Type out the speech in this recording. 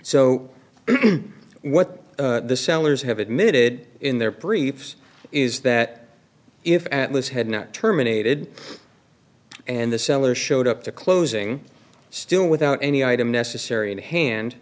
what the sellers have admitted in their briefs is that if atlas had not terminated and the seller showed up the closing still without any item necessary to hand